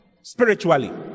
spiritually